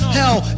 hell